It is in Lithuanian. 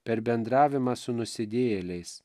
per bendravimą su nusidėjėliais